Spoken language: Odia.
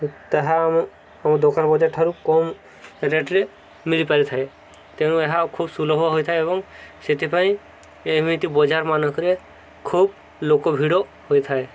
ତାହା ଆମ ଆମ ଦୋକାନ ବଜାର ଠାରୁ କମ୍ ରେଟ୍ରେ ମିଳି ପାରିଥାଏ ତେଣୁ ଏହା ଖୁବ ସୁଲଭ ହୋଇଥାଏ ଏବଂ ସେଥିପାଇଁ ଏମିତି ବଜାର ମାନଙ୍କରେ ଖୁବ ଲୋକ ଭିଡ଼ ହୋଇଥାଏ